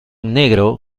negro